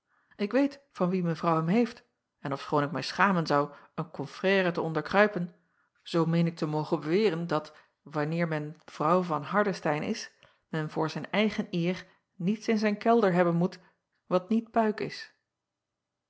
k weet van wien evrouw hem heeft en ofschoon ik mij schamen zou een confrère te onderkruipen zoo meen ik te mogen beweren dat wanneer men rouw van ardestein is men voor zijn eigen eer niets in zijn kelder hebben moet wat niet puik puik is